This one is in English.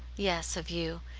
yes, of you.